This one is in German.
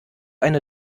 eine